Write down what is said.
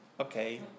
okay